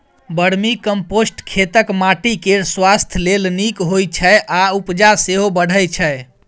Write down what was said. vermicompost खेतक माटि केर स्वास्थ्य लेल नीक होइ छै आ उपजा सेहो बढ़य छै